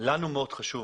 לנו מאוד חשוב